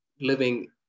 living